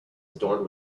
adorned